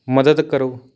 ਮਦਦ ਕਰੋ